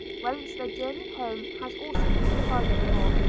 whence their journey home has also been provided for.